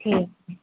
ठीक